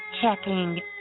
checking